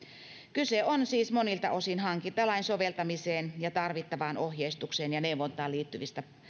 kyse on siis monilta osin hankintalain soveltamiseen ja tarvittavaan ohjeistukseen ja neuvontaan liittyvistä